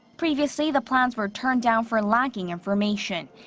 previously, the plans were turned down for lacking information.